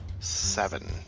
Seven